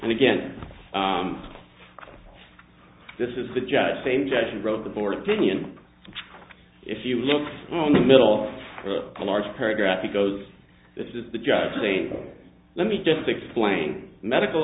and again this is the judge same judge who wrote the board opinion if you look in the middle of a large paragraph it goes this is the judge today let me just explain medical